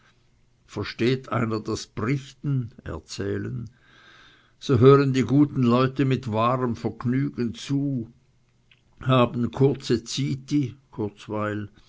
versteht einer das brichten so hören die guten leute mit wahrem vergnügen zu haben kurze